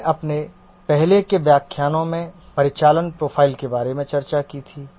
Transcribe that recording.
हमने अपने पहले के व्याख्यानों में परिचालन प्रोफाइल के बारे में चर्चा की थी